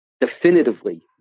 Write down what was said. definitively